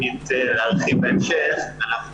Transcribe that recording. להרחיב בהמשך אנחנו